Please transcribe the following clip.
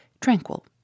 tranquil